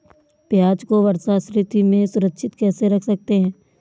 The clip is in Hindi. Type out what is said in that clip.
प्याज़ को वर्षा ऋतु में सुरक्षित कैसे रख सकते हैं?